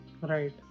right